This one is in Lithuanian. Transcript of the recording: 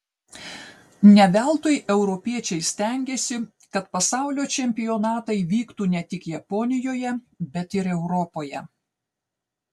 ne veltui europiečiai stengėsi kad pasaulio čempionatai vyktų ne tik japonijoje bet ir europoje